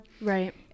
Right